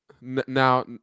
Now